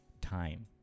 time